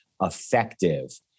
effective